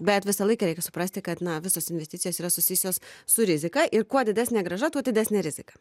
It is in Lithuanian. bet visą laiką reikia suprasti kad na visos investicijos yra susijusios su rizika ir kuo didesnė grąža tuo didesnė rizika